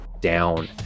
down